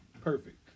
Perfect